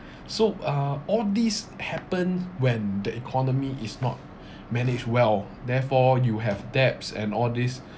so uh all this happened when the economy is not managed well therefore you have debts and all this